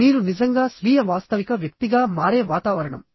మీరు నిజంగా స్వీయ వాస్తవిక వ్యక్తిగా మారే వాతావరణం